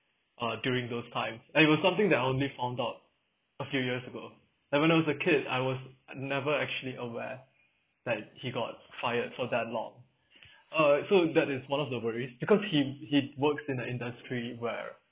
uh during those time and it was something that I only found out a few years ago like when I was a kid I was uh never actually aware that he got fired for that long uh so that is one of the worries because he he works in the industry where